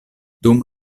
dum